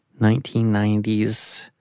1990s